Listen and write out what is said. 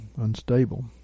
unstable